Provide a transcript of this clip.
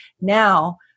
Now